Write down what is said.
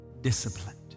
disciplined